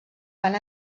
van